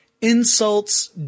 insults